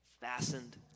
fastened